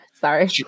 Sorry